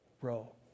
row